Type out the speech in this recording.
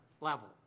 level